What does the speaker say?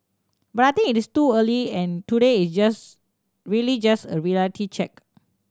but I think it is too early and today is just really just a reality check